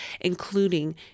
including